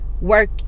work